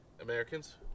Americans